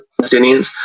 Palestinians